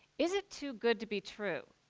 is it too good to be true?